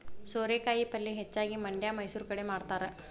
ಸೋರೆಕಾಯಿ ಪಲ್ಯೆ ಹೆಚ್ಚಾಗಿ ಮಂಡ್ಯಾ ಮೈಸೂರು ಕಡೆ ಮಾಡತಾರ